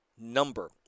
number